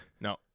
No